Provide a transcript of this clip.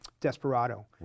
Desperado